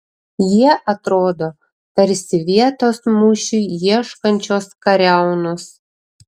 jie atrodo tarsi vietos mūšiui ieškančios kariaunos